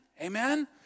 amen